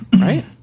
Right